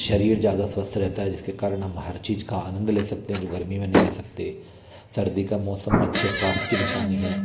शरीर ज़्यादा स्वस्थ रहता है जिसके कारण हम हर चीज़ का आनंद ले सकते हैं जो गर्मी में नहीं ले सकते सर्दी का मौसम अच्छे स्वास्थ्य की निशानी है